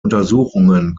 untersuchungen